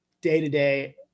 day-to-day